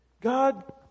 God